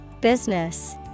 Business